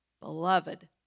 beloved